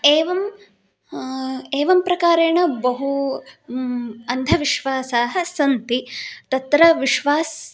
एवं एवं प्रकारेण बहु अन्धविश्वासाः सन्ति तत्र विश्वासः